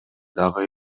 дагы